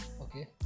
okay